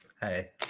Hey